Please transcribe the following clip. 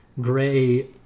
gray